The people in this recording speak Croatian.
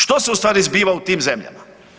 Što se u stvari zbiva u tim zemljama?